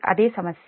అదే సమస్య